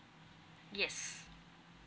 yes